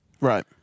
Right